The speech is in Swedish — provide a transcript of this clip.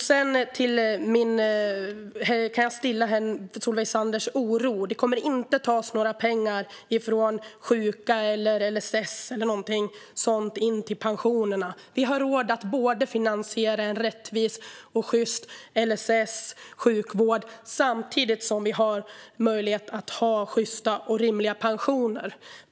Sedan kan jag stilla Solveig Zanders oro. Det kommer inte att tas några pengar från sjuka, LSS eller någonting sådant till pensionerna. Vi har råd att finansiera en rättvis och sjyst LSS och sjukvård samtidigt som vi har möjlighet att ha sjysta och rimliga pensioner.